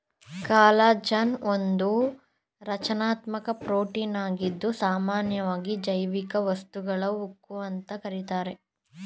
collagen ಒಂದು ರಚನಾತ್ಮಕ ಪ್ರೋಟೀನಾಗಿದ್ದು ಸಾಮನ್ಯವಾಗಿ ಜೈವಿಕ ವಸ್ತುಗಳ ಉಕ್ಕು ಅಂತ ಕರೀತಾರೆ